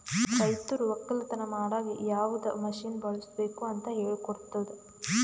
ರೈತರು ಒಕ್ಕಲತನ ಮಾಡಾಗ್ ಯವದ್ ಮಷೀನ್ ಬಳುಸ್ಬೇಕು ಅಂತ್ ಹೇಳ್ಕೊಡ್ತುದ್